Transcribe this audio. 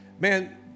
Man